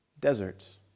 deserts